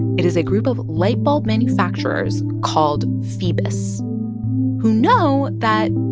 it is a group of light bulb manufacturers called phoebus who know that,